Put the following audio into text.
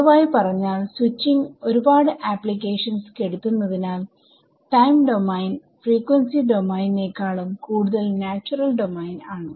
പൊതുവായി പറഞ്ഞാൽ സ്വിച്ചിങ് ഒരു പാട് അപ്ലിക്കേഷൻസ് കെടുത്തുന്നതിനാൽ ടൈം ഡോമെയിൻഫ്രീക്വൻസി ഡോമെയിൻ നേക്കാളും കൂടുതൽ നാച്ചുറൽ ഡോമെയിൻ ആണ്